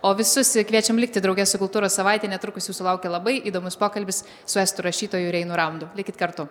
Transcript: o visus kviečiam likti drauge su kultūros savaite netrukus jūsų laukia labai įdomus pokalbis su estų rašytoju reinu raundu likit kartu